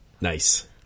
Nice